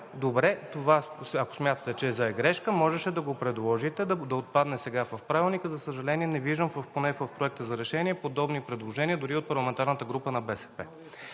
Добре, ако смятате, че е грешка, можеше да го предложите да отпадне сега в Правилника. За съжаление, не виждам поне в Проекта за решение подобни предложения дори от парламентарната група на БСП.